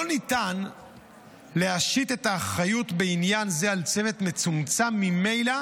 לא ניתן להשית את האחריות בעניין זה על הצוות המצומצם ממילא